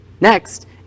Next